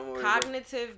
Cognitive